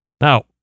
Now